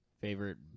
Favorite